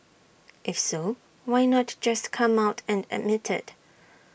if so why not just come out and admit IT